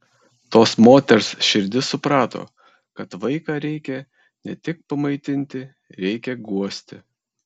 tos moters širdis suprato kad vaiką reikia ne tik pamaitinti reikia guosti